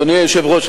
אדוני היושב-ראש,